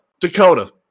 Dakota